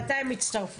אז מתי הם יצטרפו?